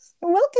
welcome